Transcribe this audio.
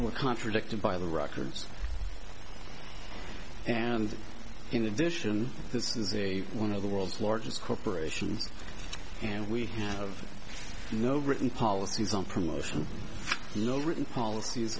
were contradicted by the records and in addition this is a one of the world's largest corporations and we have no written policies on promotion no written policies